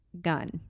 gun